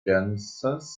kansas